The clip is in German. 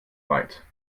weit